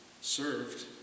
served